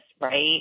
right